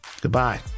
Goodbye